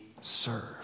serve